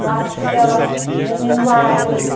پَتہٕ چھِ پٮ۪وان زٔمیٖن وایُن